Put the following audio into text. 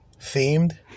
Themed